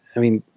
i mean,